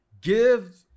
Give